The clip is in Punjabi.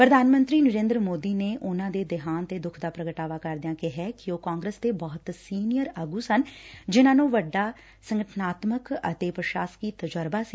ਪੁਧਾਨ ਮੰਤਰੀ ਨਰੇ ਦਰ ਮੋਦੀ ਉਨਾਂ ਦੇ ਦੇਹਾਂਤ ਤੇ ਦੱਖ ਦਾ ਪੁਗਟਾਵਾ ਕਰਦਿਆਂ ਕਿਹੈ ਕਿ ਉਹ ਕਾਂਗਰਸ ਦੇ ਬਹੁਤ ਸੀਨੀਅਰ ਆਗੁ ਸਨ ਜਿਨਾਂ ਨੇ ਵੱਡਾ ਸੰਗਠਨਾਤਮਕ ਅਤੇ ਪੁਸ਼ਾਸਕੀ ਤਜਰਬਾ ਸੀ